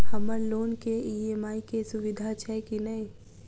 हम्मर लोन केँ ई.एम.आई केँ सुविधा छैय की नै?